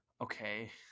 okay